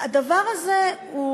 והדבר הזה הוא,